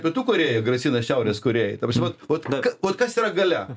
pietų korėja grasina šiaurės korėjai ta prasme vot vot kas yra galia